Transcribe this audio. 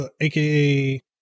AKA